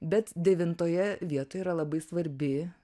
bet devintoje vietoj yra labai svarbi